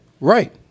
Right